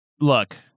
Look